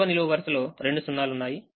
3వనిలువు వరుసలో రెండు 0 లు ఉన్నాయి